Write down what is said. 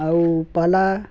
ଆଉ ପାଲା